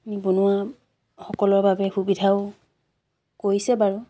নিবনুৱা সকলৰ বাবে সুবিধাও কৰিছে বাৰু